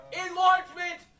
enlargement